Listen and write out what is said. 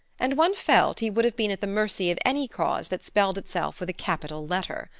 and one felt he would have been at the mercy of any cause that spelled itself with a capital letter.